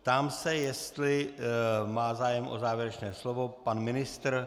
Ptám se, jestli má zájem o závěrečné slovo pan ministr.